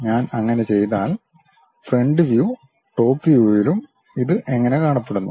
ഞാൻ അങ്ങനെ ചെയ്താൽ ഫ്രണ്ട് വ്യൂ ടോപ് വ്യൂവിലും ഇത് എങ്ങനെ കാണപ്പെടുന്നു